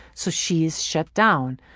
so she's shut down.